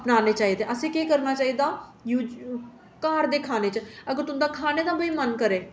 निं खाने चाहिदे असें केह् करना चाहिदा घर दे खाने च अगर तुं'दा खाने दा बी मन करै